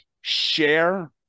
share